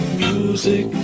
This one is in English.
music